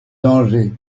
danger